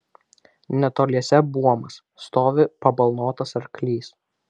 netoliese buomas stovi pabalnotas arklys